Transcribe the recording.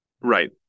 Right